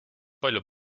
palju